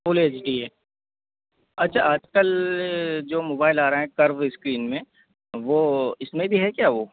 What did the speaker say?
full H D है अच्छा आजकल जो मोबाइल आ रहें हैं कर्व स्क्रीन में वो इसमें भी है क्या वो